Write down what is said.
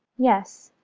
yes,